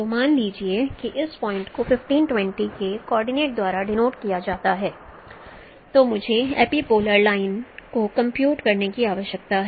तो मान लीजिए कि इस पॉइंट को 15 20 के कॉर्डिनेट द्वारा डिनोट किया जाता है तो मुझे एपीपोलर लाइन को कंप्यूट करने की आवश्यकता है